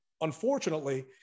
unfortunately